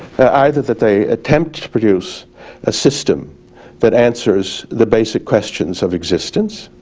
either that they attempt to produce a system that answers the basic questions of existence.